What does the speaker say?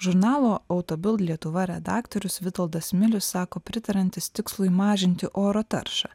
žurnalo autobild lietuva redaktorius vitoldas milius sako pritariantis tikslui mažinti oro taršą